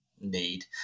need